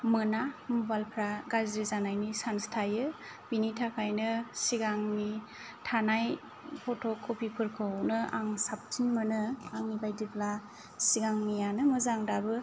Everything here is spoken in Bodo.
मोना मबाइल फोरा गाज्रि जानायनि चान्स थायो बेनि थाखायनो सिगांनि थानाय फट' कपि फोरखौनो आं साबसिन मोनो आंनि बायदिब्ला सिगांनियानो मोजां दाबो